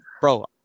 bro